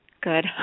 good